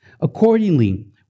Accordingly